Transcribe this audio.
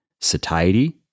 satiety